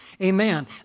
Amen